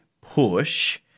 push